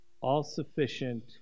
all-sufficient